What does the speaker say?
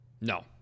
no